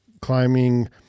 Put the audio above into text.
climbing